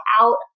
out